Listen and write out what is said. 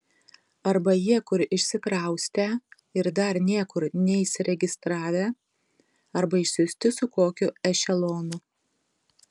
arba jie kur išsikraustę ir dar niekur neįsiregistravę arba išsiųsti su kokiu ešelonu